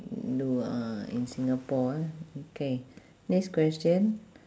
no ah in singapore ah okay next question